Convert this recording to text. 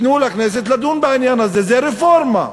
תנו לכנסת לדון בעניין הזה, זה רפורמה.